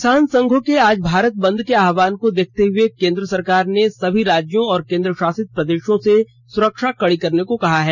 किसान संघों के आज भारत बंद के आह्वान को देखते हुए केंद्र सरकार ने सभी राज्यों और केंद्र शासित प्रदेशों से सुरक्षा कड़ी करने को कहा है